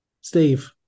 Steve